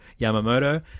Yamamoto